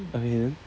okay then